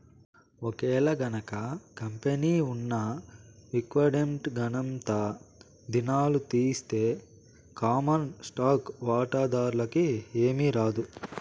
ఒకేలగనక కంపెనీ ఉన్న విక్వడేంగనంతా దినాలు తీస్తె కామన్ స్టాకు వాటాదార్లకి ఏమీరాదు